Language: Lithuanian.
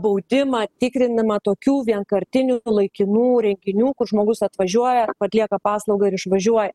baudimą tikrinimą tokių vienkartinių laikinų renginių kur žmogus atvažiuoja atlieka paslaugą ir išvažiuoja